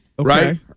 Right